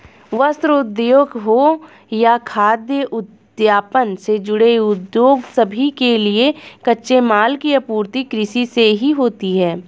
वस्त्र उद्योग हो या खाद्य उत्पादन से जुड़े उद्योग सभी के लिए कच्चे माल की आपूर्ति कृषि से ही होती है